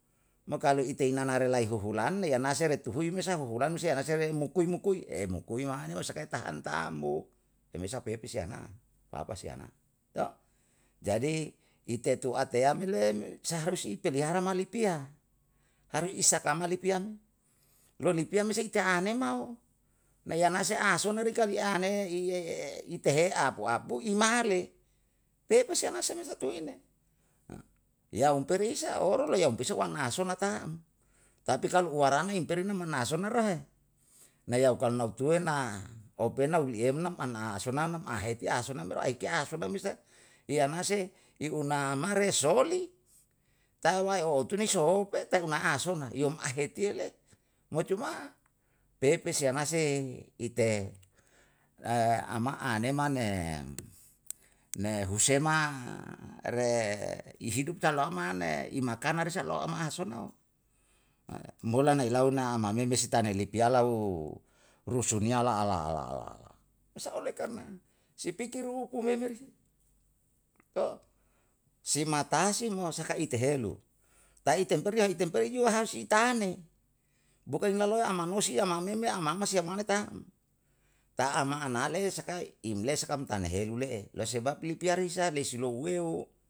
Mo kalu ite inanare lai huhulan yanase retuhui me sa huhulan yanase re mukui mukui, mukui maneo osakae tahan tambo, pe mesa pepe se anam papa si anam. Jadi itetu ateyame le saharus i pelihara ma lipia, harus isaka ma lipia me, lo lipia me se i anemao, na yanase asona re kali ane i tehe apu apu imare. Pepe seana se me satu ine, ya umperisa oro la ya umpesu wana asona tam, tapi kalu warana umperi namman asonaro he, na yaukau nautue na opena uliyem nam an asona nam aheti asona me aike asona me sa i anase i unamare so'oli, tau wae otune sohou pei tai una asona iyom ahetiye le, mo cuma pepe si anase ite ama anemane ne husema re ihidup talamne i makana risa lo'om am sonno. Bulan na ilau na amameme si tanai lipiya lau rusuniya la' la' la' la'. Me sa oleh karna si pikir upu me meri si matasi mo saka itehelu, ta'i temperu yo itemperu jua harus itane, bukan inaloa, amanosi, ama meme, ama ama si yamane tam, ta'ama anale esakai, imle saka tanahelu le'e lo sebab lipia risa lesu louweo